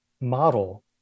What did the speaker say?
model